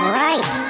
right